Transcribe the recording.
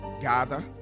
gather